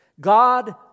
God